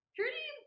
Trudy